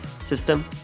system